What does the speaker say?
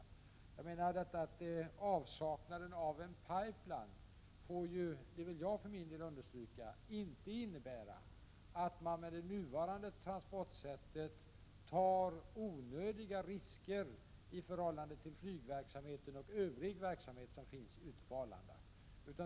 Jag vill understryka att avsaknaden av en pipeline inte får innebära att man med nuvarande transportsätt tar onödiga risker i förhållande till flygverksamheten och övrig verksamhet ute på Arlanda.